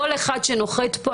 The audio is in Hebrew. כל אחד שנוחת פה,